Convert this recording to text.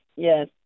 Yes